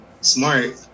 smart